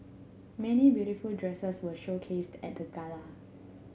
many beautiful dresses were showcased at the gala